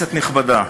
כנסת נכבדה,